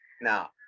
now